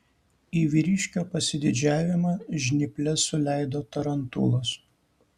į vyriškio pasididžiavimą žnyples suleido tarantulas